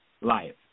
life